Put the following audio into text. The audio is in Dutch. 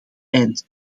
eind